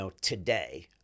today